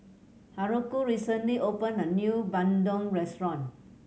Haruko recently opened a new bandung restaurant